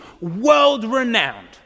world-renowned